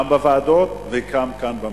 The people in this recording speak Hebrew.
גם בוועדות וגם כאן במליאה.